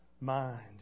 mind